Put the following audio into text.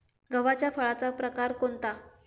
गव्हाच्या फळाचा प्रकार कोणता?